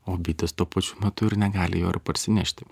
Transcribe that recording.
o bitės tuo pačiu metu ir negali jo ir parsinešti